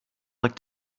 like